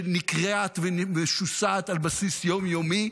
שנקרעת ומשוסעת על בסיס יום-יומי,